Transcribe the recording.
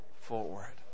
forward